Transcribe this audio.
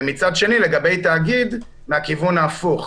מצד שני, לגבי תאגיד מהכיוון ההפוך.